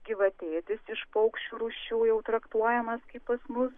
gyvatėdis iš paukščių rūšių jau traktuojamas kaip pas mus